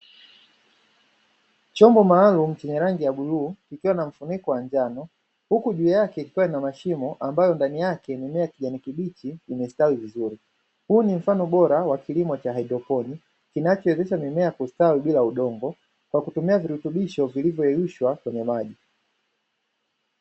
Chombo maalumu chenye rangi ya bluu, kikiwa na mfuniko wa njano, huku juu yake kikiwa kina mashimo ambayo ndani yake mimea ya kijani kibichi imestawi vizuri. Huu ni mfano bora wa kilimo cha haidroponi kinachowezesha mimea kustawi bila udongo, kwa kutumia virutubisho vilivyoyeyushwa kwenye maji.